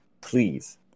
Please